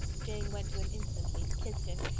jane went to him instantly, kissed him,